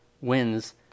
wins